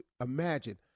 imagine